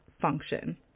function